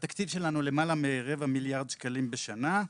התקציב שלנו למעלה מרבע מיליארד שקלים בשנה.